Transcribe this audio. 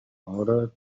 order